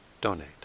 donate